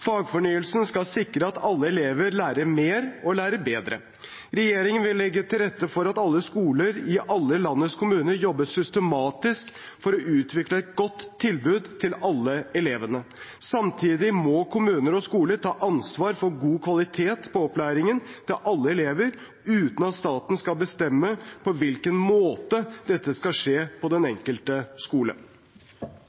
lærer bedre. Regjeringen vil legge til rette for at alle skoler i alle landets kommuner jobber systematisk for å utvikle et godt tilbud til alle elevene. Samtidig må kommuner og skoler ta ansvar for god kvalitet på opplæringen til alle elever uten at staten skal bestemme på hvilken måte dette skal skje på den enkelte skole. Det vert replikkordskifte. Nok en